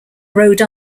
rhode